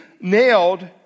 nailed